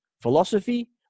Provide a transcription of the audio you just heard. philosophy